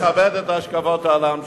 אני מכבד את השקפות העולם שלך,